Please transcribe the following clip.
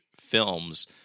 films